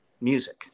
music